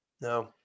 No